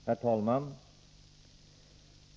Herr talman!